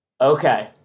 Okay